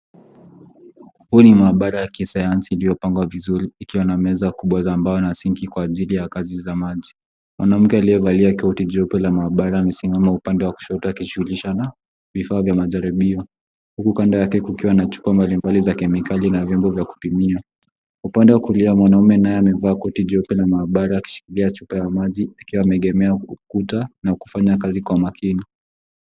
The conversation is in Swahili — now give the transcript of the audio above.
Huu ni maabara ya kisayansi uliopangwa vizuri ikiwa na meza kubwa za mbao na sinki kwa ajili ya kazi za maji. Mwanamke aliyevalia koti jeupe la maabara amesimama upande wa kushoto akijishughulisha na vifaa vya majaribio huku kando yake kukiwa na chupa mbalimbali za kemikali na vyombo vya kupimia. Upande wa kulia mwanaume naye amevaa koti jeupe la maabara akishikilia chupa ya maji akiwa ameegemea ukuta na kufanya kazi kwa makini.